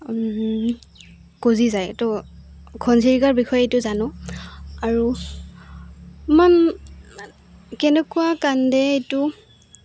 গজি যায় তো ঘনচিৰিকাৰ বিষয়ে এইটো জানো আৰু ইমান কেনেকুৱা কান্দে এইটো